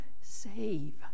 save